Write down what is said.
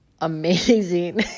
amazing